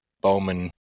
Bowman